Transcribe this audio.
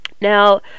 Now